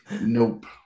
nope